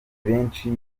benshi